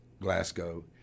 Glasgow